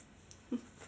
mm